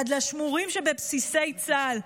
עד לשמורים שבבסיסי צה"ל,